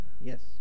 Yes